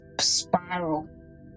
spiral